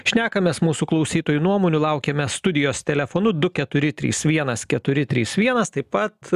šnekamės mūsų klausytojų nuomonių laukiame studijos telefonu du keturi trys vienas keturi trys vienas taip pat